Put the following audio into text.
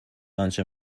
آنچه